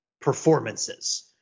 performances